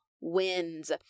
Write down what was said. wins